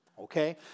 Okay